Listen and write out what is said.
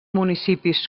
municipis